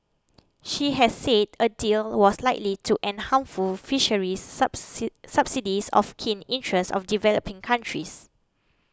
she has said a deal was likely to end harmful fisheries subsidies of keen interest of developing countries